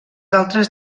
altres